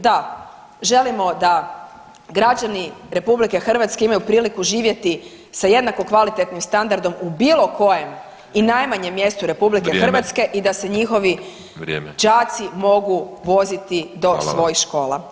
Da, želimo da građani RH imaju priliku živjeti sa jednako kvalitetnim standardom u bilo kojem i najmanjem mjestu RH [[Upadica Škoro: Vrijeme.]] i da se njihovi [[Upadica Škoro: Vrijeme.]] đaci mogu voziti do svojih škola.